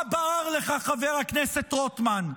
מה בער לך, חבר הכנסת רוטמן?